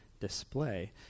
display